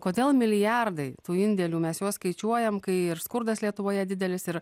kodėl milijardai tų indėlių mes juos skaičiuojam kai skurdas lietuvoje didelis ir